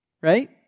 right